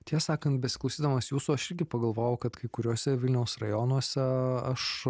tiesą sakant besiklausydamas jūsų aš irgi pagalvojau kad kai kuriuose vilniaus rajonuose aš